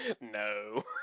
No